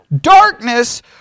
darkness